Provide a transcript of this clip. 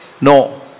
No